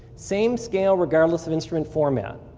same scale regardless of instrument format.